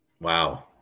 Wow